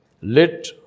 lit